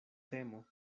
temo